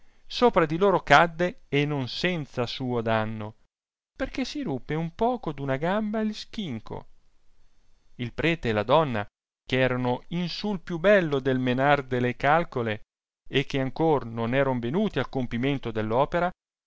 sopra di loro cadde e non senza suo danno perchè si ruppe un poco d'una gamba il schinco il prete e la donna ch'erano in sul più bello del menar delle calcele e che ancor non erano venuti al compimento dell'opera